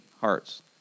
hearts